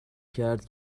کرد